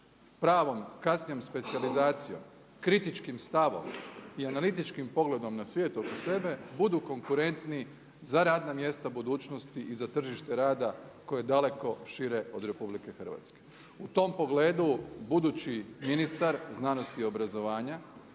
pravom, kasnijom specijalizacijom, kritičkim stavom i analitičkim pogledom na svijet oko sebe budu konkurentni za radna mjesta budućnosti i za tržište rada koje je daleko šire od Republike Hrvatske. U tom pogledu budući ministar znanosti i obrazovanja